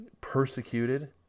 persecuted